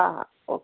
हा ओके